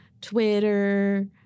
Twitter